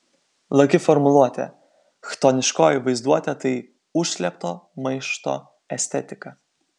laki formuluotė chtoniškoji vaizduotė tai užslėpto maišto estetika